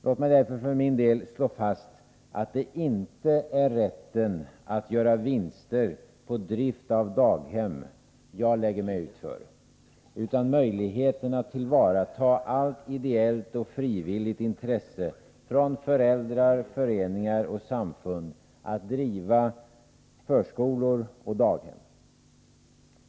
Låt mig därför för min del slå fast, att det inte är rätten att göra vinster när det gäller drift av daghem jag lägger mig ut för utan möjligheten att tillvarata allt ideellt och frivilligt intresse från föräldrar, föreningar och samfund att driva förskolor och daghem.